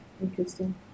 Interesting